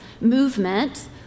movement